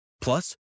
Plus